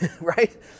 right